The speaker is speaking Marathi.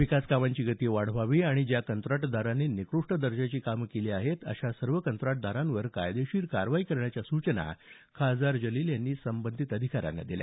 विकास कामांची गती वाढवावी आणि ज्या कंत्राटदारांनी निकृष्ट दर्जाची कामं केलेली आहेत अशा सर्व कंत्राटदारांवर कायदेशीर कारवाई करण्याच्या सूचना खासदार जलील यांनी संबंधित अधिकाऱ्यांना दिल्या